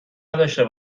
نداشته